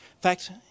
fact